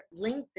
LinkedIn